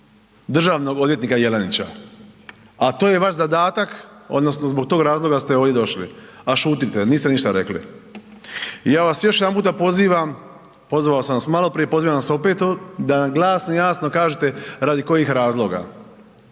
državnog odvjetnika Jelenića, a to je vaš zadatak, odnosno zbog tog razloga ste ovdje došli, a šutite, niste ništa rekli. I ja vas još jedanput pozivam, pozvao sam vas maloprije, pozivam vas opet, da glasno i jasno kažete radi kojih razloga.